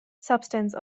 substance